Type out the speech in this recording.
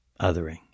Othering